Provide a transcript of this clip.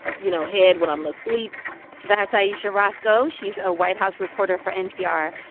you know, head when i'm asleep that's ayesha rascoe. she's a white house reporter for npr,